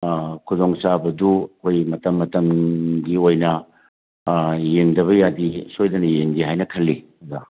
ꯈꯨꯗꯣꯡꯆꯥꯕꯗꯨ ꯍꯣꯏ ꯃꯇꯝ ꯃꯇꯝꯒꯤ ꯑꯣꯏꯅ ꯌꯦꯡꯗꯕ ꯌꯥꯗꯦ ꯁꯣꯏꯗꯅ ꯌꯦꯡꯒꯦ ꯍꯥꯏꯅ ꯈꯜꯂꯤ ꯑꯣꯖꯥ